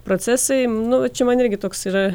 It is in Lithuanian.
procesai nu va čia man irgi toks yra